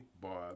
Bob